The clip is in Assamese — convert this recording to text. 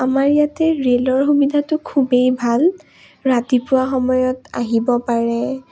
আমাৰ ইয়াতে ৰে'লৰ সুবিধাটো খুবেই ভাল ৰাতিপুৱা সময়ত আহিব পাৰে